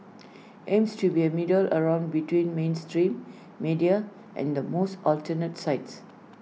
aims to be A middle ground between mainstream media and the most alternative sites